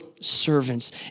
servants